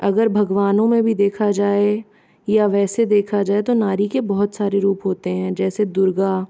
अगर भगवानों में भी देखा जाए या वैसे देखा जाए तो नारी के बहुत सारे रूप होते हैं जैसे दुर्गा